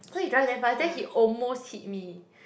cause he drive damn fast then he almost hit me